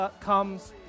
comes